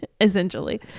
essentially